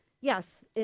Yes